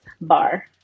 Bar